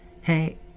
Hey